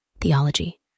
theology